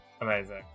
Amazing